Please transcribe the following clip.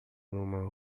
uma